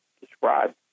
described